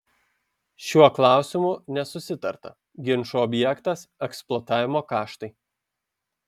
šiuo klausimu nesusitarta ginčų objektas eksploatavimo kaštai